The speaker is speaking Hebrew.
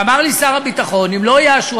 ואמר לי שר הביטחון: אם לא יאשרו,